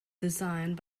designed